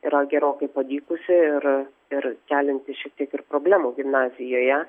yra gerokai padykusi ir ir kelianti šitiek ir problemų gimnazijoje